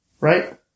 right